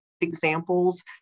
examples